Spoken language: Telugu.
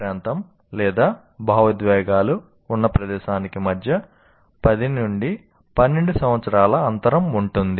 ప్రాంతం లేదా భావోద్వేగాలు ఉన్న ప్రదేశానికి మధ్య 10 నుండి 12 సంవత్సరాల అంతరం ఉంటుంది